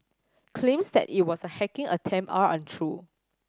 claims that it was a hacking attempt are untrue